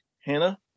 Hannah